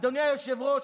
אדוני היושב-ראש,